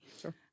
Sure